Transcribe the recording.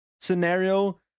scenario